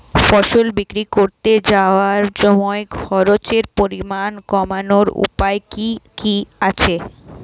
ফসল বিক্রি করতে যাওয়ার সময় খরচের পরিমাণ কমানোর উপায় কি কি আছে?